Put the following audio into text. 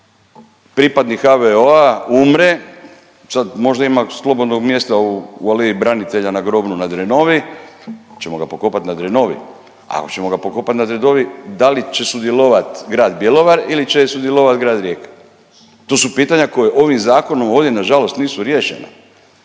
pripadnih HVO-a, umre sada možda ima slobodnog mjesta u Aleji branitelja na groblju na Drenovi, hoćemo ga pokopati na Drenovi? A ako ćemo ga pokopati na Drenovi da li će sudjelovati Grad Bjelovar ili će sudjelovati Grad Rijeka? To su pitanja koja ovim Zakonom ovdje na žalost nisu riješena.